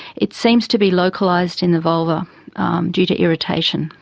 it seems to be localised in the vulva due to irritation.